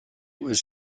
was